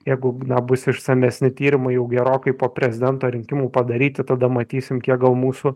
jeigu na bus išsamesni tyrimo jau gerokai po prezidento rinkimų padaryti tada matysim kiek gal mūsų